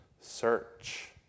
Search